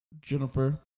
Jennifer